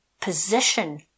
position